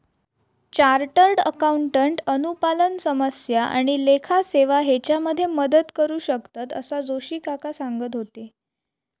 chartered accountant अनुपालन समस्या आणि लेखा सेवा हेच्यामध्ये मदत करू शकतंत, असा जोशी काका सांगत होते